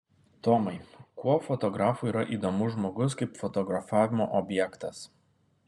tomai kuo fotografui yra įdomus žmogus kaip fotografavimo objektas